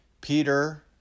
Peter